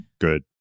Good